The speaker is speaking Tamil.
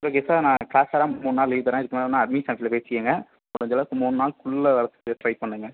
ஓகே சார் நான் கிளாஸ் சாரா மூன்று நாள் லீவ் தரேன் அதுக்கு மேலனா அட்மின் ஆஃபீஸ்ஸில் பேசிக்கோங்க முடிந்த அளவுக்கு மூன்று நாள்க்குள்ளே வரத்துக்கு ட்ரை பண்ணுங்கள்